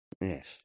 Yes